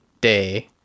day